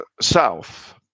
south